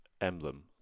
emblem